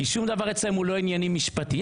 כי שום דבר אצלם הוא לא ענייני משפטי.